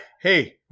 Hey